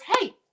hey